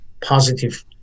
positive